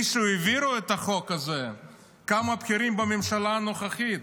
מי שהעביר את החוק הזה הם כמה בכירים בממשלה הנוכחית,